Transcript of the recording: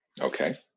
Okay